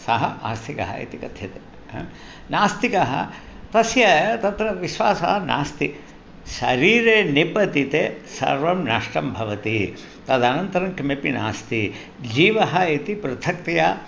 सः आस्तिकः इति कथ्यते नास्तिकः तस्य तत्र विश्वासः नास्ति शरीरे निपतिते सर्वं नष्टं भवति तदनन्तरं किमपि नास्ति जीवः इति पृथक्तया